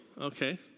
Okay